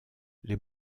les